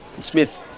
Smith